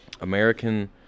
American